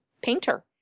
painter